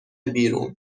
بیرون